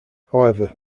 however